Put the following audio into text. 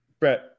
Brett